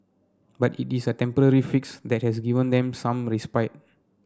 but it is a temporary fix that has given them some respite